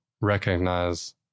recognize